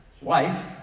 wife